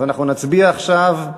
אז אנחנו נצביע עכשיו.